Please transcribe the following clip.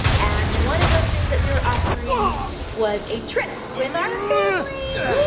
and one of those things that we were offering was a trip with our family.